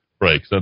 Right